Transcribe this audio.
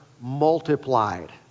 multiplied